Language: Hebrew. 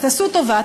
אז תעשו טובה,